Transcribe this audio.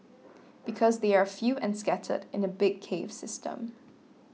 because they are few and scattered in a big cave system